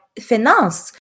finance